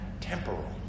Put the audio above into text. temporal